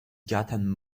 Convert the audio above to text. gotten